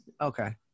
Okay